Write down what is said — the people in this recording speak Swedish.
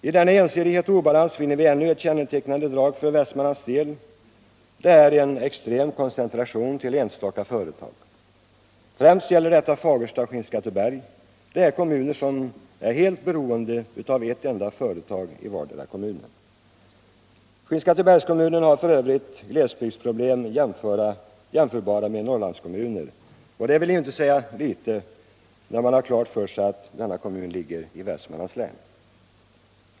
I denna ensidighet och obalans finner vi ännu ett kännetecknande drag för Västmanland. Det är en extrem koncentration till enstaka företag. Främst gäller detta Fagersta och Skinnskatteberg, som är helt beroende av ett enda företag i vardera kommunen. Skinnskattebergs kommun har f.ö. glesbygdsproblem jämförbara med Norrlandskommuners, och det vill inte säga litet när man har klart för sig att denna kommun ligger 1 Västmanlands län.